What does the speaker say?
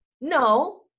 no